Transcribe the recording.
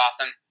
awesome